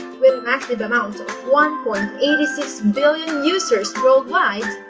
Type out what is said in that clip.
with a massive amount of one point eight six billion users worldwide,